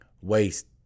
Waste